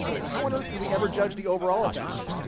so how on earth could we ever judge the overall effect?